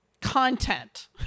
content